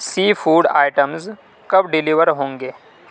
سی food items کب deliver ہوں گے